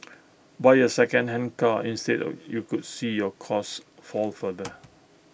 buy A second hand car instead of you could see your costs fall further